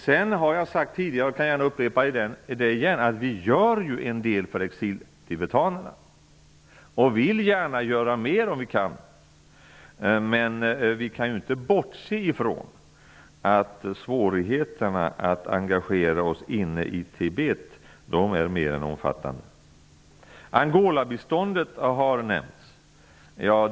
Jag har sagt tidigare och kan upprepa det att vi gör en del för exiltibetanerna. Vi vill gärna göra mer om vi kan. Vi kan dock inte bortse ifrån att våra svårigheter att engagera oss inne i Tibet är mer än omfattande. Biståndet till Angola har nämnts.